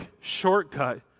shortcut